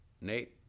Nate